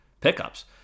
pickups